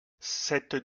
cette